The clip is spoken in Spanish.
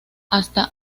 hasta